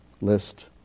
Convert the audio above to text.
list